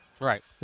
Right